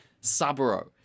Saburo